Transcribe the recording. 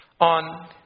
on